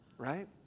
right